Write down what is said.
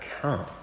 come